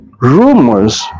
Rumors